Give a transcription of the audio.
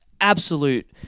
absolute